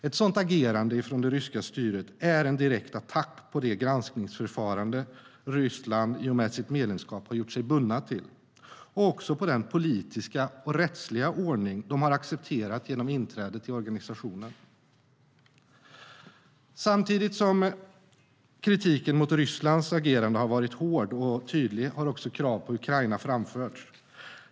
Ett sådant agerande från det ryska styret är en direkt attack på det granskningsförfarande Ryssland genom sitt medlemskap har förbundit sig till och även på den politiska och rättsliga ordning de har accepterat genom inträdet i organisationen. Samtidigt som kritiken mot Rysslands agerande har varit hård och tydlig har krav på Ukraina framförts.